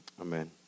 amen